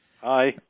Hi